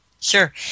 Sure